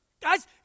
Guys